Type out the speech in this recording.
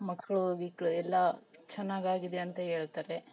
ಮಕ್ಕಳು ಗಿಕ್ಳು ಎಲ್ಲ ಚೆನ್ನಾಗ್ ಆಗಿದೆ ಅಂತ ಹೇಳ್ತಾರೆ